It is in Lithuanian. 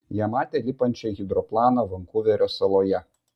ją matė lipančią į hidroplaną vankuverio saloje